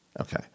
Okay